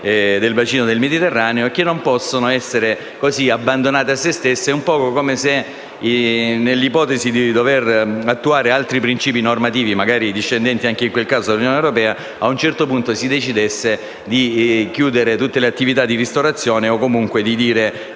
del bacino del Mediterraneo. Tali attività non possono essere abbandonate a se stesse. È un po' come se, nell'ipotesi di dover attuare altri principi normativi, magari discendenti anch'essi dall'Unione europea, a un certo punto si decidesse di chiudere tutte le attività di ristorazione, o comunque di dire